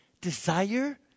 desire